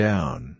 Down